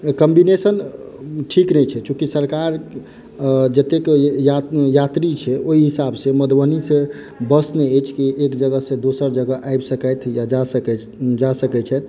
combination ठीक नहि छै चुकी सरकार जतेक यात्री छै ओहि हिसाब सॅं मधुबनी सॅं बस नहि अछि की एक जगह सॅं दोसर जगह आबि सकैथ या जा सकैथ जा सकै छथि